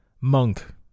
monk